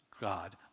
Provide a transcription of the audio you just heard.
God